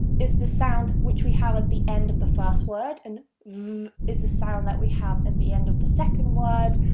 is the sound which we have at the end of the first word, and v is the sound that we have at the end of the second word.